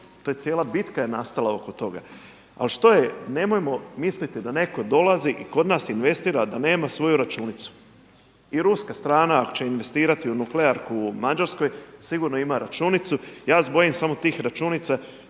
to je cijela bitka je nastala oko toga. Ali što je? Nemojmo misliti da netko dolazi i kod nas investira a da nema svoju računicu. I ruska strana ako će investirati u nuklearku u Mađarskoj, sigurno ima računicu. Ja se bojim samo tih računica